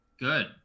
good